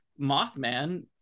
Mothman